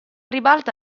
ribalta